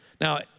Now